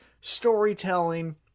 storytelling